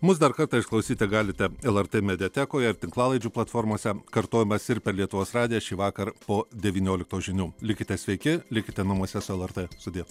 mus dar kartą išklausyti galite lrt mediatekoje tinklalaidžių platformose kartojimas ir per lietuvos radiją šįvakar po devynioliktos žinių likite sveiki likite namuose su lrt sudie